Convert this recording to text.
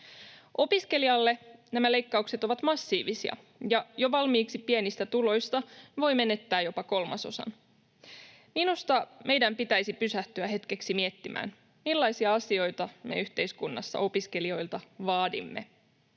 Opiskelijalle nämä leikkaukset ovat massiivisia, ja jo valmiiksi pienistä tuloista voi menettää jopa kolmasosan. Minusta meidän pitäisi pysähtyä hetkeksi miettimään, millaisia asioita me yhteiskunnassa opiskelijoilta vaadimme.